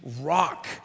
rock